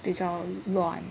比较乱